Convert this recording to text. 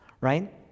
right